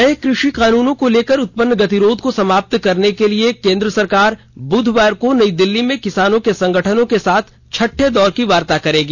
नए कृषि कानूनों को लेकर उत्पन्न गतिरोध को समाप्त करने के लिए केंद्र सरकार बुधवार को नई दिल्ली में किसानों के संगठनों के साथ छठे दौर की वार्ता करेगी